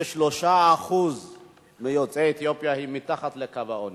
63% מיוצאי אתיופיה הם מתחת לקו העוני.